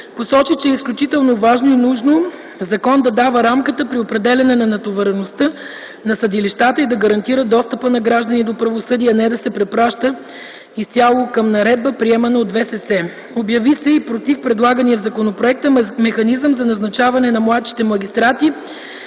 Посочи, че е изключително важно и нужно закон да дава рамката при определяне на натовареността на съдилищата и да гарантира достъпа на граждани до правосъдие, а не да се препраща изцяло към наредба, приемана от ВСС. Обяви се против предлагания в законопроекта механизъм за назначаване на младшите магистрати